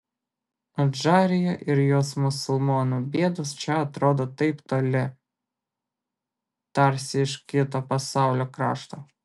adžarija ir jos musulmonų bėdos čia atrodo taip toli tarsi iš kito pasaulio krašto